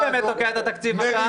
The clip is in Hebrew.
מי באמת תוקע את התקציב, מתן?